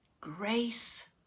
grace